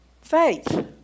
Faith